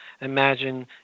imagine